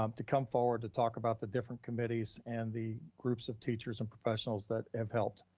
um to come forward to talk about the different committees and the groups of teachers and professionals that have helped.